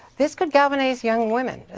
this could galvanize young women.